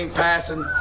passing